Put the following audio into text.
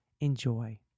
Enjoy